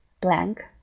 Blank